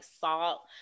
salt